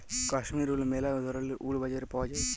Kashmir wool ম্যালা ধরলের wool বাজারে পাউয়া যায়